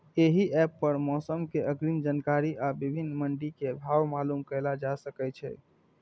एहि एप पर मौसम के अग्रिम जानकारी आ विभिन्न मंडी के भाव मालूम कैल जा सकै छै